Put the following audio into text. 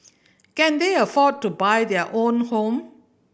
can they afford to buy their own home